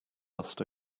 must